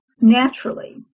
naturally